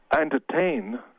entertain